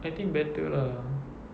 I think better lah